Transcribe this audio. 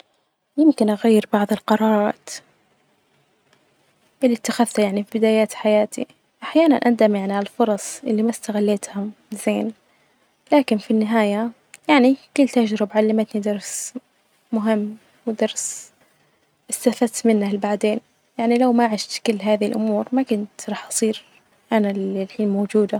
يمكن أغير بعض القرارات، اللي أتخذها يعني في بدايات حياتي أحيانا أندم يعني علي الفرص اللي ما أستغلتها زين لكن في النهاية يعني كل تجربة علمتني درس مهم ودرس إستفدت منه لبعدين، يعني لو ماعشت كل هذه الأمور ما كنت راح أصير أنا لل-للحين موجودة.